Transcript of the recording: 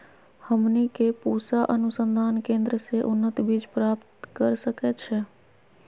हमनी के पूसा अनुसंधान केंद्र से उन्नत बीज प्राप्त कर सकैछे?